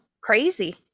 crazy